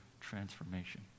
transformation